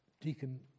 deacon